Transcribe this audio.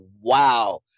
wow